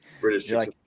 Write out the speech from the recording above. British